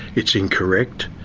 it's incorrect,